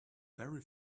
very